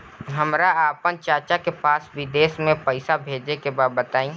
हमरा आपन चाचा के पास विदेश में पइसा भेजे के बा बताई